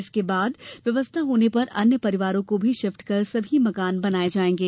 इसके बाद व्यवस्था होने पर अन्य परिवारों को भी शिफ्ट कर सभी मकान नये बनायें